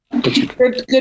Good